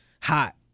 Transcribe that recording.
hot